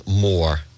more